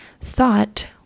Thought